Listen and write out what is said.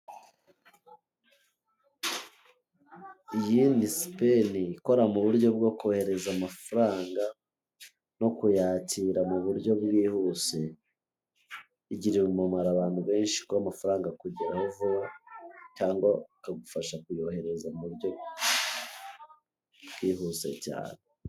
Iyi ni sipeni, ikora mu buryo bwo kohereza amafaranga no kuyakira no kuyakira mu buryo bwihuse, igirira umumaro abantu benshi kuko amafaranga akugeraho vuba, cyangwa bakagufasha kuyohereza mu buryo bwihuse cyane.